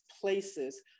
places